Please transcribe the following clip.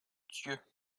dieu